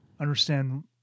understand